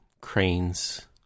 cranes